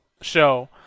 show